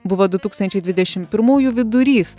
buvo du tūkstančiai dvidešim pirmųjų vidurys